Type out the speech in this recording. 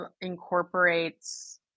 incorporates